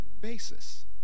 basis